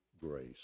grace